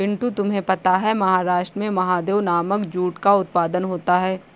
पिंटू तुम्हें पता है महाराष्ट्र में महादेव नामक जूट का उत्पादन होता है